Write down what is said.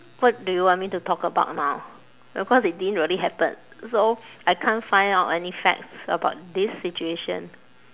what do you want me to talk about now because it didn't really happen so I can't find out any facts about this situation